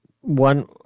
one